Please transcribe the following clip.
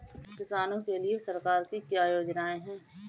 किसानों के लिए सरकार की क्या योजनाएं हैं?